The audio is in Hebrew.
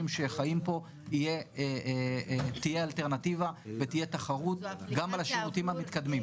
שחיים פה תהיה אלטרנטיבה ותהיה תחרות גם על השירותים המתקדמים.